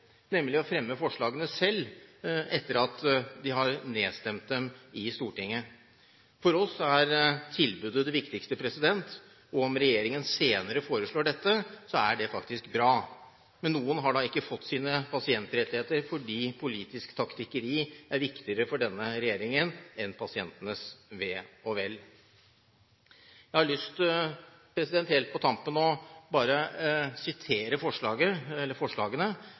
nemlig å fremme forslagene selv etter at de har nedstemt dem i Stortinget. For oss er tilbudet det viktigste, og om regjeringen senere foreslår dette, er det faktisk bra. Men noen har da ikke fått sine pasientrettigheter fordi politisk taktikkeri er viktigere for denne regjeringen enn pasientenes ve og vel. Jeg har lyst til helt på tampen bare å sitere forslagene for å illustrere hva man egentlig sier nei til i dag. Det første forslaget